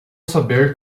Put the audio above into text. saber